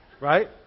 right